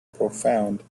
profound